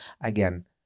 again